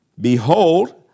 Behold